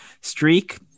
streak